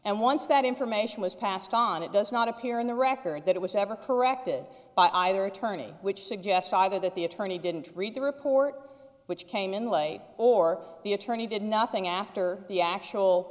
and once that information was passed on it does not appear in the record that it was ever corrected by either attorney which suggests either that the attorney didn't read the report which came in late or the attorney did nothing after the actual